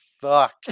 fuck